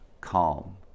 calm